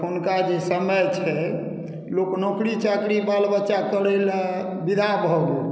अखुनका जे समय छै लोक नौकरी चाकरी बाल बच्चा करैले विदा भऽ गेल